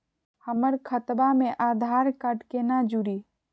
हमर खतवा मे आधार कार्ड केना जुड़ी?